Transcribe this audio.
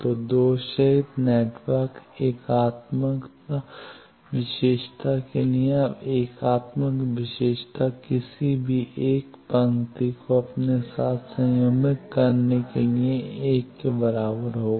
तो दोषरहित नेटवर्क एकात्मक विशेषता के लिए अब एकात्मक विशेषता किसी भी 1 पंक्ति को अपने साथ संयुग्मित करने के लिए 1 के बराबर होगा